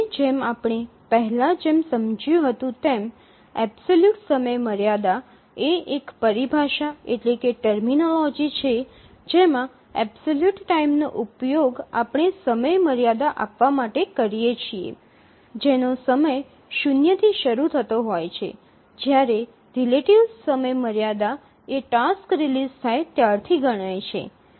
અને જેમ આપણે પહેલા સમજ્યું હતું તેમ એબ્સોલ્યુટ સમયમર્યાદા એ એક પરિભાષા છે જેમાં એબ્સોલ્યુટ ટાઇમ નો ઉપયોગ આપણે સમયમર્યાદા આપવા માટે કરીએ છીએ જેનો સમય શૂન્યથી શરૂ થતો હોય છે જ્યારે રીલેટિવ સમયમર્યાદા એ ટાસ્ક રિલીઝ થાય ત્યારથી ગણાય છે